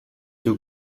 two